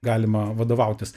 galima vadovautis